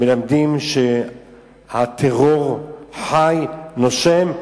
מלמדים שהטרור חי ונושם,